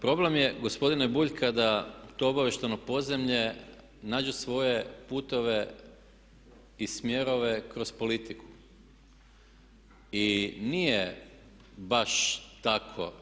Problem je gospodine Bulj kada to obavještajno podzemlje nađe svoje puteve i smjerove kroz politiku i nije baš tako.